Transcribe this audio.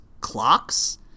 clocks